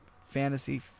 fantasy